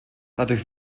dadurch